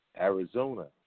Arizona